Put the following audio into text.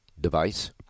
device